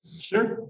Sure